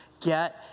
get